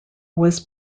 was